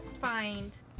find